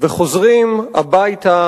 וחוזרים הביתה